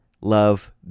Love